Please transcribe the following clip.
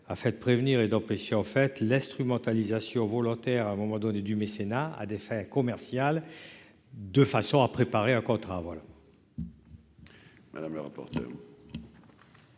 a fait prévenir et d'empêcher, en fait, l'instrumentalisation volontaire à un moment donné du mécénat à des fins commerciales, de façon à préparer un contrat voilà. Madame le rapporteur.